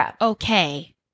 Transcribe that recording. okay